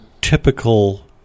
typical